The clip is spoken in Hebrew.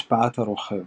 השפעת הרוכב